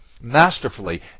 Masterfully